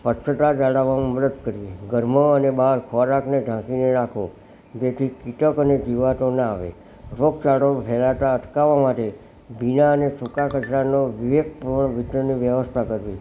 સ્વચ્છતા જાળવવામાં મદદ કરવી ઘરમાં અને બહાર ખોરાકને ઢાંકીને રાખવો જેથી કીટક અને જીવાતો ના આવે રોગચાળો ફેલાતા અટકાવા માટે ભીના અને સૂકા કચરાની વિવેકપૂર્ણ વિતરણ વ્યવસ્થા કરવી